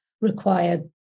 require